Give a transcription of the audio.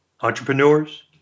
entrepreneurs